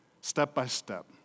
step-by-step